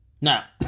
Now